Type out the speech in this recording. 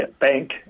bank